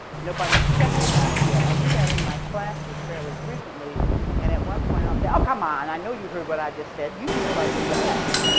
nobody's checked me on it yet. i do that in my classes fairly frequently and at one point, i'll say oh come on, i know you heard what i just said. you people are just a mess,